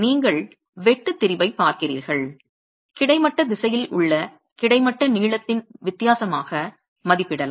நீங்கள் வெட்டு திரிபைப் பார்க்கிறீர்கள் கிடைமட்டத் திசையில் உள்ள கிடைமட்ட நீளத்தின் வித்தியாசமாக மதிப்பிடலாம்